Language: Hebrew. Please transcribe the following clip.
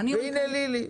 והינה, לילי.